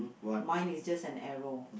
mine is just an arrow